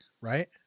right